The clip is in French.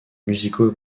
musicaux